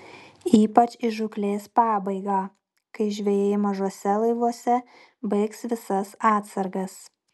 ypač į žūklės pabaigą kai žvejai mažuose laivuose baigs visas atsargas